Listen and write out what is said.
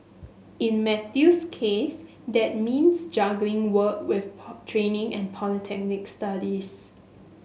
in Matthew's case that means juggling work with training and polytechnic studies